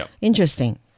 Interesting